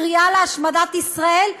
הקריאה להשמדת ישראל,